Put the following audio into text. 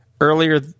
earlier